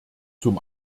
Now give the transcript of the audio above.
zum